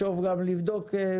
נעבור לראש עיריית נהריה, רונן